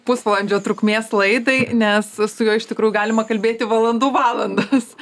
pusvalandžio trukmės laidai nes su juo iš tikrųjų galima kalbėti valandų valandas